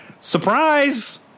Surprise